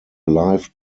life